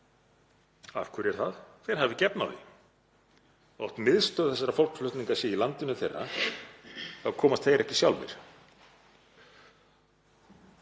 Af hverju er það? Þeir hafa ekki efni á því. Þótt miðstöð þessara fólksflutninga sé í landinu þeirra þá komast þeir ekki sjálfir.